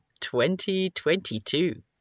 2022